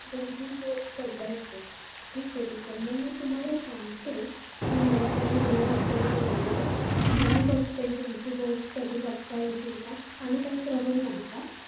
दोन तीन बोर्ड बदलायचे आहेत ठीक आहे ठीक आहे मग मी तुम्हाला सांगते की मला कधी वेळ असेल ते वगैरे मग मी बघते तुमची बोर्ड कधी बघता येतील का आणि काय प्रॉब्लेम आहे का